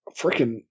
freaking